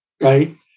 Right